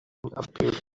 appeared